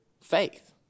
faith